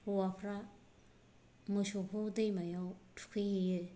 हौवाफ्रा मोसौखौ दैमायाव थुखैहैयो